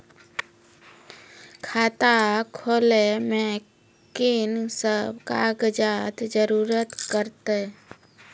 खाता खोलै मे कून सब कागजात जरूरत परतै?